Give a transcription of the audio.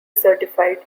certified